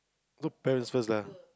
the parents first lah